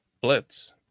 blitz